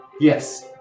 Yes